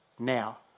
Now